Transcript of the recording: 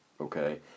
okay